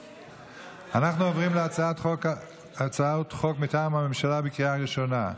אנחנו עוברים להצעות חוק מטעם הממשלה לקריאה ראשונה.